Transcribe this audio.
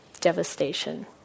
devastation